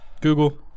Google